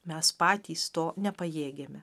mes patys to nepajėgiame